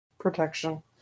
protection